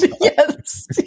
Yes